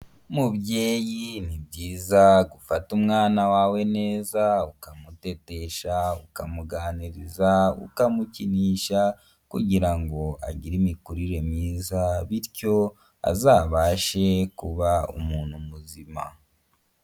Mubyeyi ni byiza gufata umwana wawe neza ukamutetesha, ukamuganiriza, ukamukinisha kugira ngo agire imikurire myiza bityo azabashe kuba umuntu muzima.